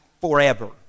forever